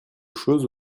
chose